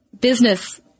business